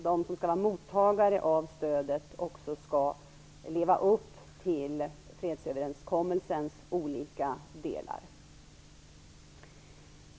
De som skall vara mottagare av stödet skall också leva upp till fredsöverenskommelsens olika delar.